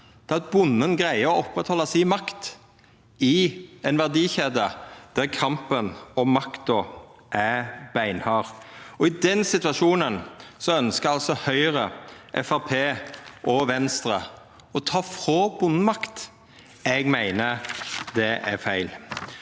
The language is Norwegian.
at bonden greier å oppretthalda si makt i ei verdikjede der kampen om makta er beinhard. I den situasjonen ønskjer altså Høgre, Framstegspartiet og Venstre å ta frå bonden makt. Eg meiner det er feil.